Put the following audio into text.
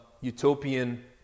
utopian